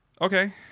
Okay